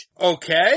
okay